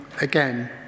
again